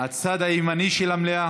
הצד הימני של המליאה?